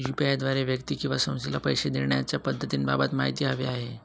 UPI द्वारे व्यक्ती किंवा संस्थेला पैसे देण्याच्या पद्धतींबाबत माहिती हवी आहे